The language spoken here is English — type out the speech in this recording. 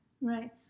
Right